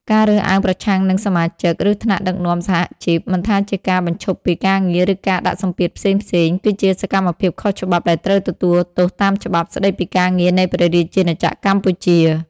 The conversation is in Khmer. ការរើសអើងប្រឆាំងនឹងសមាជិក ឬថ្នាក់ដឹកនាំសហជីព មិនថាជាការបញ្ឈប់ពីការងារ ឬការដាក់សម្ពាធផ្សេងៗ គឺជាសកម្មភាពខុសច្បាប់ដែលត្រូវទទួលទោសតាមច្បាប់ស្តីពីការងារនៃព្រះរាជាណាចក្រកម្ពុជា។